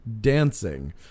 dancing